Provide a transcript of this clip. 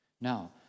Now